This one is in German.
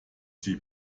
sie